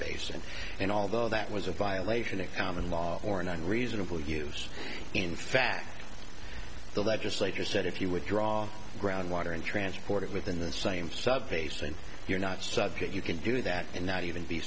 basin and although that was a violation of common law or an unreasonable use in fact the legislature said if you withdraw ground water and transport it within the same sub basin you're not subject you can do that and not even be